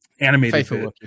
animated